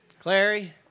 Clary